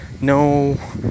No